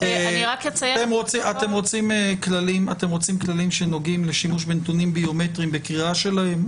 אתם רוצים כללים שנוגעים לשימוש בנתונים ביומטריים בקריאה שלהם?